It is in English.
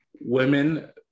Women